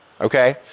Okay